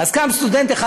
קם סטודנט אחד,